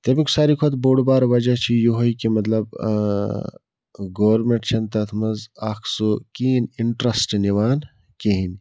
تَمیُک ساروی کھۄتہٕ بوٚڈ بار وجہ چھِ یِہوٚے کہِ مطلب گورمٮ۪نٛٹ چھَنہٕ تَتھ منٛز اَکھ سُہ کِہیٖنۍ اِنٹرٛسٹ نِوان کِہیٖنۍ